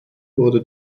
wurde